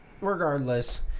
Regardless